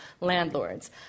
landlords